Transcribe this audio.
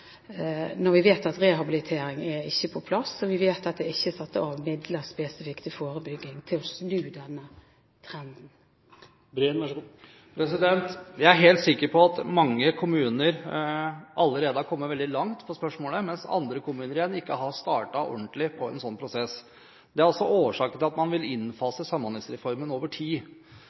når vi vet at rehabilitering ikke er på plass, og vi vet at det ikke er satt av midler spesifikt til forebygging for å snu denne trenden? Jeg er helt sikker på at mange kommuner allerede har kommet veldig langt i spørsmålet, mens andre kommuner igjen ikke har startet ordentlig på en slik prosess. Det er årsaken til at man vil innfase Samhandlingsreformen over tid.